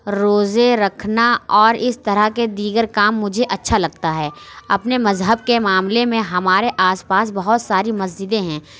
روزے رکھنا اور اِس طرح کے دیگر کام مجھے اچھا لگتا ہے اپنے مذہب کے معاملے میں ہمارے آس پاس بہت ساری مسجدیں ہیں